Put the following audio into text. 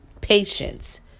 patience